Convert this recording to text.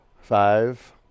Five